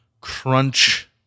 Crunch